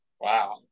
Wow